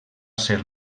ser